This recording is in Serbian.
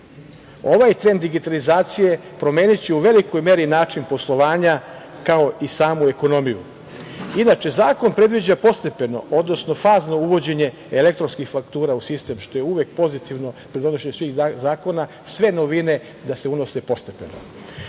Ovaj trend digitalizacije promeniće u velikoj meri način poslovanja, kao i samu ekonomiju. Inače, zakon predviđa postepeno, odnosno fazno uvođenje elektronskih faktura u sistem, što je uvek pozitivno pri donošenju svih zakona, sve novine da se unose postepeno. Usvajanjem